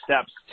steps